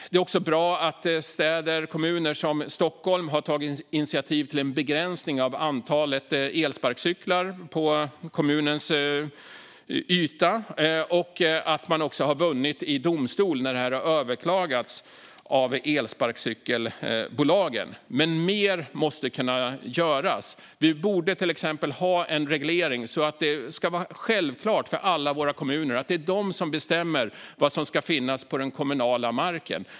Det är också bra att städer och kommuner, som Stockholm, har tagit initiativ till en begränsning av antalet elsparkcyklar på kommunens yta. Man har också vunnit i domstol, när det har överklagats av elsparkcykelbolagen. Men mer måste kunna göras. Vi borde till exempel ha en reglering så att det ska vara självklart för alla våra kommuner att det är de som bestämmer vad som ska finnas på den kommunala marken.